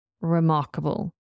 remarkable